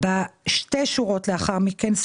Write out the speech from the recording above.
שתי שורות לאחר מכן,